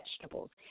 vegetables